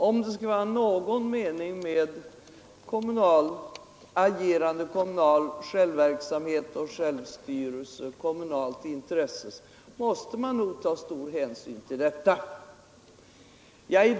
Om det skall vara någon mening med kommunalt agerande, kommunal självverksamhet och kommunalt självstyre, så måste man nog ta stor hänsyn till sådana opinioner.